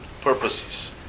purposes